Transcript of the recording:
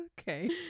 okay